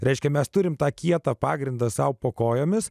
reiškia mes turime tą kietą pagrindą sau po kojomis